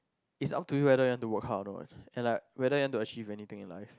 is up to you whether you want to work hard or not and like whether you want to achieve anything in life